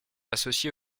associée